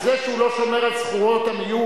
של סוריה, תאמיני לי.